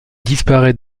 disparaît